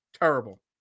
Terrible